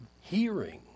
hearing